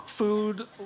Food